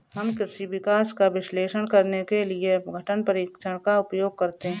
हम कृषि विकास का विश्लेषण करने के लिए अपघटन परीक्षण का उपयोग करते हैं